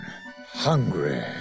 hungry